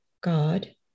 God